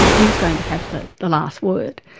who's going to have the last word?